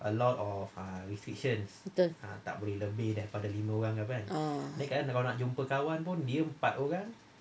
betul ah